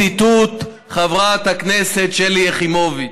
ציטוט מחברת הכנסת שלי יחימוביץ.